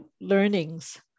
learnings